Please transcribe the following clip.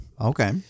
Okay